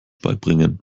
beibringen